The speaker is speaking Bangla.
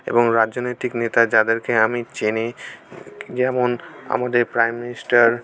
এবং রাজনৈতিক নেতা যাদেরকে আমি চিনি যেমন আমাদের প্রাইম মিনিস্টার